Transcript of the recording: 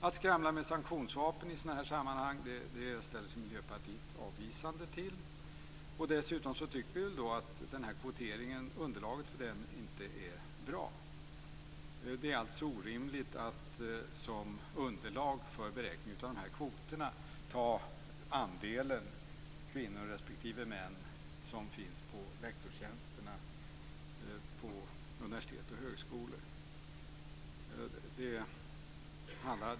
Att skramla med sanktionsvapen i sådana här sammanhang ställer sig Miljöpartiet avvisande till. Dessutom tycker vi att underlaget för kvoteringen inte är bra. Det är orimligt att som underlag för beräkningen av kvoterna ta andelen kvinnor respektive män som finns inom lektorsjänsterna på universitet och högskolor.